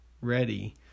ready